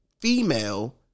female